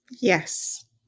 Yes